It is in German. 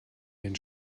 den